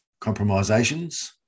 compromisations